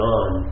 on